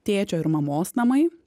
tėčio ir mamos namai